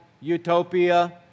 utopia